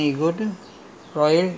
then islamic